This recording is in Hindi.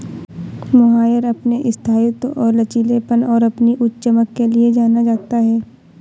मोहायर अपने स्थायित्व और लचीलेपन और अपनी उच्च चमक के लिए जाना जाता है